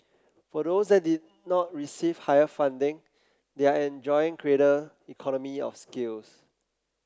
for those that did not receive higher funding they are enjoying greater economy of scales